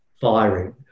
firing